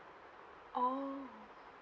orh